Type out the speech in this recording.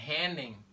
handing